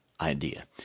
idea